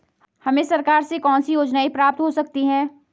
हमें सरकार से कौन कौनसी योजनाएँ प्राप्त हो सकती हैं?